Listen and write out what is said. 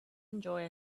enjoy